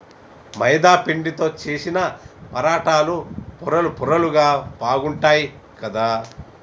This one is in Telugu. మైదా పిండితో చేశిన పరాటాలు పొరలు పొరలుగా బాగుంటాయ్ కదా